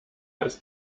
ist